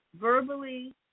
verbally